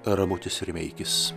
ramutis rimeikis